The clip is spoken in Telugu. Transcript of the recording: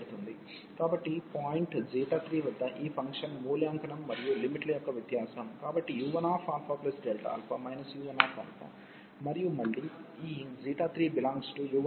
కాబట్టి పాయింట్ 3 వద్ద ఈ ఫంక్షన్ మూల్యాంకనం మరియు లిమిట్ ల యొక్క వ్యత్యాసం కాబట్టి u1α u1 మరియు మళ్ళీ ఈ 3u1u1αΔα